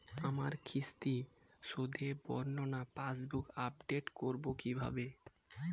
আমার কিস্তি শোধে বর্ণনা পাসবুক আপডেট করব কিভাবে?